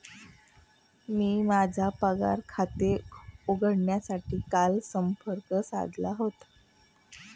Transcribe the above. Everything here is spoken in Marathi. मी माझे पगार खाते उघडण्यासाठी काल संपर्क साधला होता